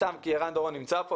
סתם כי ערן דורון נמצא פה,